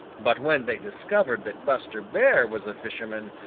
but when they discovered that buster bear was a fisherman,